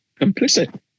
Complicit